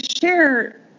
share